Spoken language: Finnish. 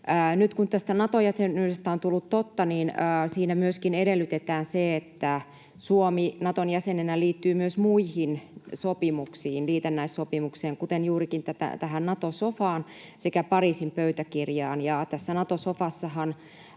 Nyt kun tästä Nato-jäsenyydestä on tullut totta, niin siinä myöskin edellytetään, että Suomi Naton jäsenenä liittyy myös muihin sopimuksiin, liitännäissopimuksiin, kuten juurikin tähän Nato-sofaan, sekä Pariisin pöytäkirjaan. Tässä Nato-sofassahan